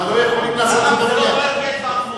אבל לא יכולים לעשות, למה זה לא אש בוערת בעצמותי?